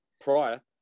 prior